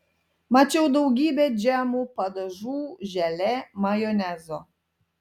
mačiau daugybę džemų padažų želė majonezo